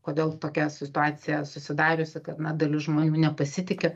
kodėl tokia situacija susidariusi kad na dalis žmonių nepasitiki